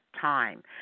time